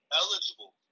eligible